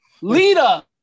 Lita